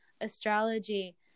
astrology